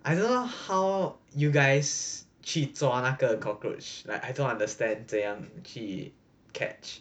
I don't know how you guys 去抓那个 cockroach like I don't understand 怎样去 catch